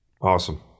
Awesome